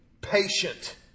patient